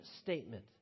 statement